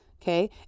Okay